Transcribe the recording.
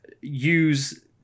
use